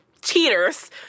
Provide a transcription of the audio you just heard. cheaters